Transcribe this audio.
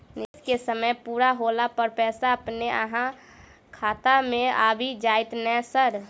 निवेश केँ समय पूरा होला पर पैसा अपने अहाँ खाता मे आबि जाइत नै सर?